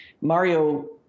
Mario